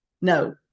No